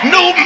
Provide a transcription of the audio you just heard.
New